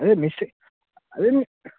అదే మిస్టే అదే మి